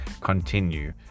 continue